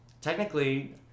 technically